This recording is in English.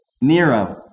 Nero